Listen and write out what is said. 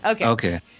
Okay